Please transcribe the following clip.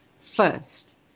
first